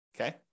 Okay